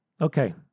Okay